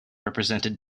represented